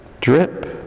drip